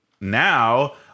now